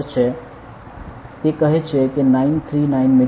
તે કહે છે કે 939 મીટર